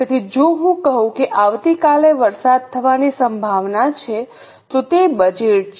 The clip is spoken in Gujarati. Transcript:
તેથી જો હું કહું કે આવતીકાલે વરસાદ થવાની સંભાવના છે તો તે બજેટ છે